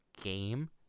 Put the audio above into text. game